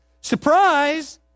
Surprise